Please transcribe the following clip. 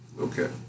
Okay